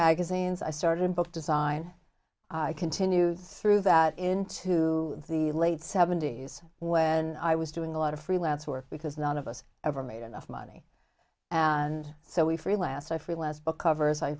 magazines i started in book design continue through that into the late seventies when i was doing a lot of freelance work because none of us ever made enough money and so we free last i freelance book covers i